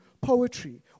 poetry